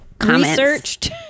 Researched